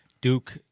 Duke